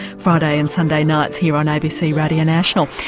friday and sunday nights here on abc radio national,